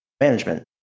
management